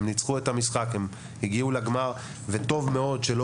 הם ניצחו את המשחק והגיעו לגמר וטוב מאוד שלא